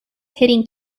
hitting